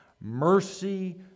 mercy